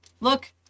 Look